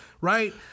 Right